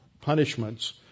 punishments